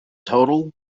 total